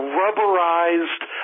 rubberized